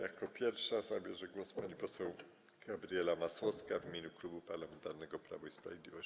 Jako pierwsza zabierze głos pani poseł Gabriela Masłowska w imieniu Klubu Parlamentarnego Prawo i Sprawiedliwość.